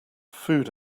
food